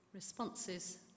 Responses